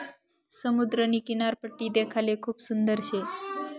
समुद्रनी किनारपट्टी देखाले खूप सुंदर शे